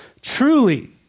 truly